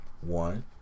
One